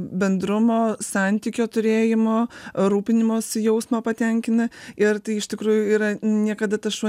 bendrumo santykio turėjimo rūpinimosi jausmą patenkina ir tai iš tikrųjų yra niekada tas šuo